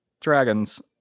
Dragons